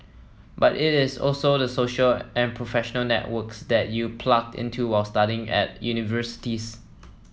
but it is also the social and professional networks that you plug into while studying at universities